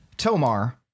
Tomar